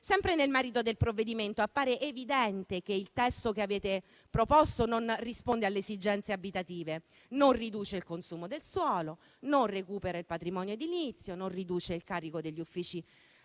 Sempre nel merito del provvedimento appare evidente che il testo che avete proposto non risponde alle esigenze abitative; non riduce il consumo del suolo, non recupera il patrimonio edilizio, non riduce il carico delle